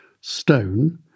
stone